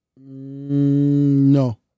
No